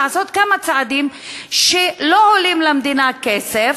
לעשות כמה צעדים שלא עולים למדינה כסף,